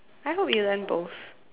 I hope you learn both